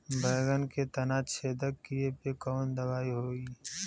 बैगन के तना छेदक कियेपे कवन दवाई होई?